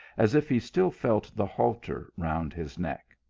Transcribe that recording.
as if he still felt the halter round his neck.